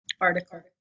article